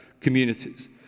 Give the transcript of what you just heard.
Communities